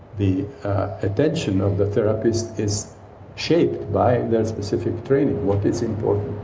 the attention of the therapist is shaped by their specific training, what is important,